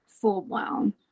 full-blown